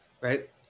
Right